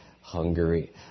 Hungary